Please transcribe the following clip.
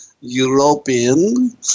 European